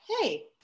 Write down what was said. hey